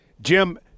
Jim